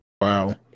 Wow